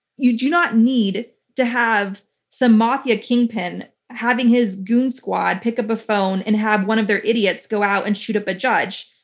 you do not need to have some mafia kingpin having his goon squad pick up a phone and have one of their idiots go out and shoot up a judge.